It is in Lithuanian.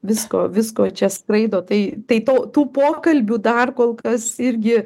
visko visko čia skraido tai tai tau tų pokalbių dar kol kas irgi